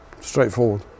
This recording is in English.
Straightforward